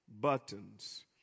buttons